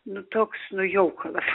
nu toks nu jaukalas